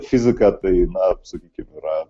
fizika tai na sakykim yra